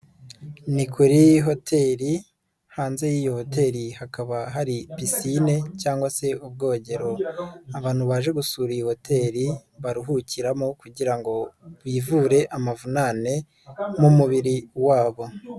Ni kuri hoteli, hanze y'iyi hoteri hakaba hari pisine cyangwa se ubwogero, abantu baje gusura iyi hoteri baruhukiramo kugira ngo bivure amavunane mu mubiri wabo.